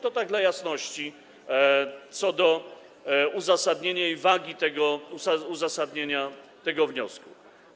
To tak dla jasności, co do uzasadnienia i wagi uzasadnienia tego wniosku.